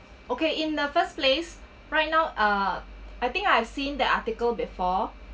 okay in the first place right now uh I think I seen the article before